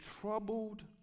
troubled